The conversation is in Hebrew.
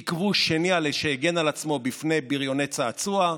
עיכבו שני על שהגן על עצמו בפני בריוני צעצוע,